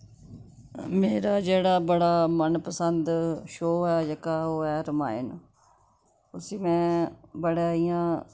मेरा जेह्ड़ा बड़ा मनपसंद शो ऐ जेह्का ओह् ऐ रामायण उस्सी में बड़े इ'यां